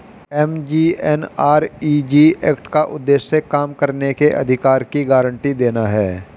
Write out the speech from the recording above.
MGNREG act का उद्देश्य काम करने के अधिकार की गारंटी देना है